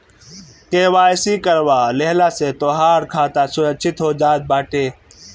KYC करवा लेहला से तोहार खाता सुरक्षित हो जात बाटे